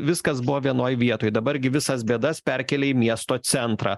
viskas buvo vienoj vietoj dabar gi visas bėdas perkėlė į miesto centrą